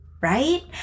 Right